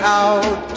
out